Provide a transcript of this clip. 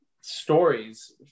stories